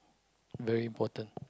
very important